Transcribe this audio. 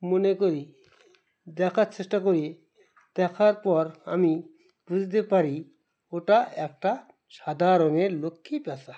মনে করি দেখার চেষ্টা করি দেখার পর আমি বুঝতে পারি ওটা একটা সাদা রঙের লক্ষ্মী প্যাঁচা